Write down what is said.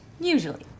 Usually